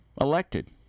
elected